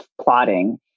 plotting